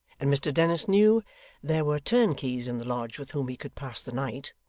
and mr dennis knew there were turnkeys in the lodge with whom he could pass the night,